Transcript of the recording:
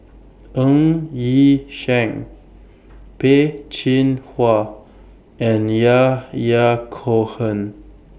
Ng Yi Sheng Peh Chin Hua and Yahya Cohen